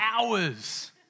hours